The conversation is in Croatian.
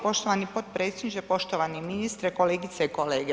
Poštovani potpredsjedniče, poštovani ministre, kolegice i kolege.